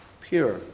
pure